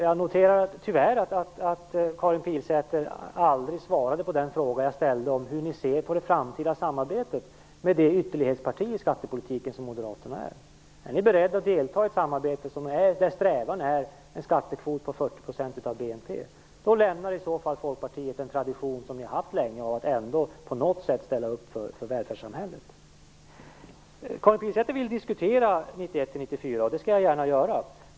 Herr talman! Jag noterar att Karin Pilsäter tyvärr aldrig svarade på den fråga som jag ställde om hur ni ser på det framtida samarbetet med det ytterlighetsparti i skattepolitiken som Moderaterna är. Är ni beredda att delta i ett samarbete där strävan är en skattekvot på 40 % av BNP? I så fall lämnar Folkpartiet en tradition som ni länge har haft att ändå på något sätt ställa upp för välfärdssamhället. Karin Pilsäter vill diskutera perioden 1991-1994, och det skall jag gärna göra.